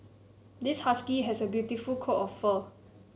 this husky has a beautiful coat of fur